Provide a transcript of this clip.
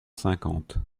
cinquante